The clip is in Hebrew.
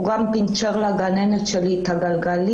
הוא גם פינצ'ר לגננת שלי את הגלגלים,